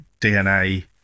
DNA